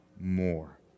more